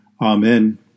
Amen